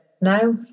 no